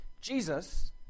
Jesus